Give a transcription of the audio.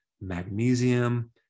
magnesium